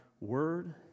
Word